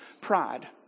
Pride